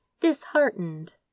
disheartened